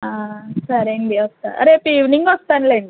సరేనండి వస్తా రేపు ఈవెనింగ్ వస్తానులెండి